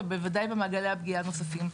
בוודאי במעגלי הפגיעה הנוספים.